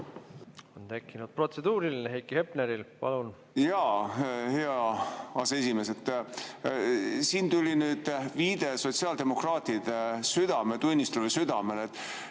On tekkinud protseduuriline Heiki Hepneril. Palun! Jaa. Hea aseesimees! Siin tuli nüüd viide sotsiaaldemokraatide südametunnistusele, südamele.